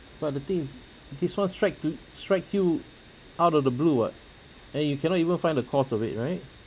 but the thing is this one strike to strike you out of the blue what and you cannot even find the cause of it right